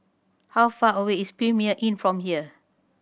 how far away is Premier Inn from here